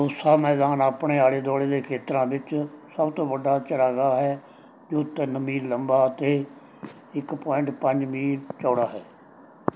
ਤੋਸਾ ਮੈਦਾਨ ਆਪਣੇ ਆਲੇ ਦੁਆਲੇ ਦੇ ਖੇਤਰਾਂ ਵਿੱਚ ਸਭ ਤੋਂ ਵੱਡਾ ਚਰਾਗਾ ਹੈ ਜੋ ਤਿੰਨ ਮੀਲ ਲੰਬਾ ਅਤੇ ਇੱਕ ਪੁਆਇੰਟ ਪੰਜ ਮੀਲ ਚੌੜਾ ਹੈ